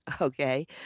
Okay